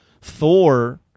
Thor